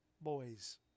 Boys